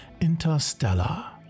Interstellar